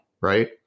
right